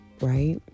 right